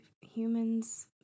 Humans